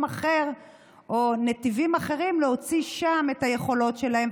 אחר או נתיבים אחרים להוציא שם את היכולות שלהם.